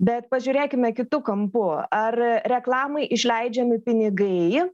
bet pažiūrėkime kitu kampu ar reklamai išleidžiami pinigai